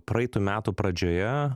praeitų metų pradžioje